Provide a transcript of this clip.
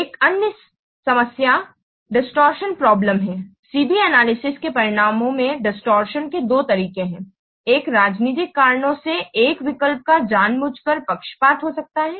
एक अन्य समस्या डिस्टॉर्शन प्रॉब्लम्स है C B एनालिसिस के परिणामों में डिस्टॉर्शन के दो तरीके हैं एक राजनीतिक कारणों से एक विकल्प का जानबूझकर पक्षपात हो सकता है